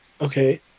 Okay